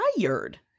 tired